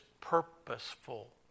purposeful